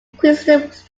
increases